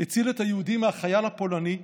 הציל את היהודי מהחייל הפולני,